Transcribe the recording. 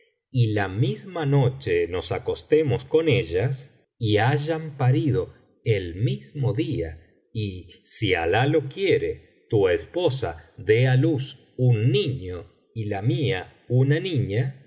y la misma noche nos acostemos con ellas y hayan parido el mismo día y ai alah lo quiere tu esposa dé á luz un niño y la mia una niña